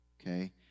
okay